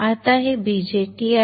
आता हे BJT आहे